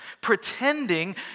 Pretending